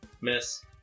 Miss